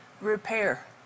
repair